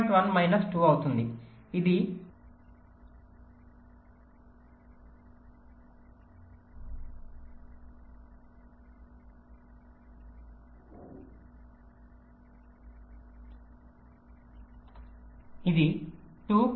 1 minus 2 అవుతుంది ఇది 2 0